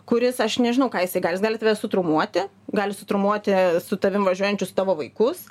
kuris aš nežinau ką jisai gali jis gali tave sutraumuoti gali sutraumuoti su tavim važiuojančius tavo vaikus